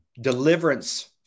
deliverance